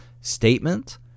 statement